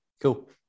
Cool